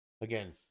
Again